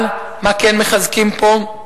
אבל מה כן מחזקים פה,